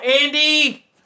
Andy